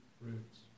roots